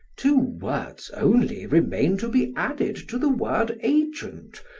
two words only remain to be added to the word agent,